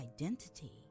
identity